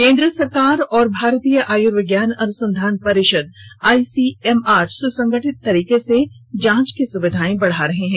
केन्द्र सरकार और भारतीय आयुर्विज्ञान अनुसंधान परिषद आईसीएमआर सुसंगठित तरीके से जांच की सुविधाएं को बढा रहे हैं